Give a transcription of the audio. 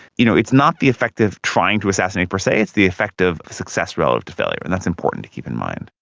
you know, it's not the effect of trying to assassinate per se, it's the effect of success relative to failure, and that's important to keep in mind.